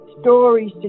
stories